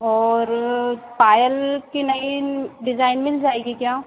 और पायल की नई डिज़ाइन मिल जाएगी क्या